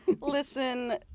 Listen